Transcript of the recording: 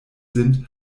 sind